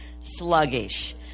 sluggish